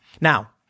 Now